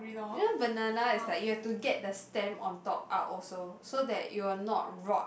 you know banana is like you have to get the stem on top out also so that it will not rot